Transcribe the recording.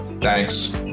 thanks